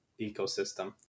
ecosystem